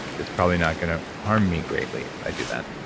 it's probably not going to harm me greatly if i do that.